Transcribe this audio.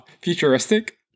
futuristic